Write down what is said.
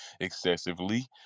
excessively